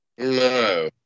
No